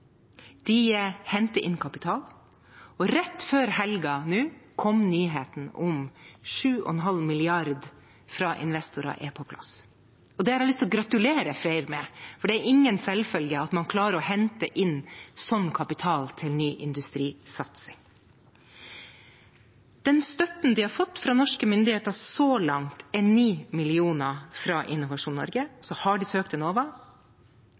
De henter inn kapital, og nå rett før helgen kom nyheten om at 7,5 mrd. kr fra investorer er på plass. Det har jeg lyst til å gratulere FREYR med, for det er ingen selvfølge at man klarer å hente inn slik kapital til ny industrisatsing. Den støtten de har fått fra norske myndigheter så langt, er 9 mill. kr fra Innovasjon Norge, og så har de søkt Enova.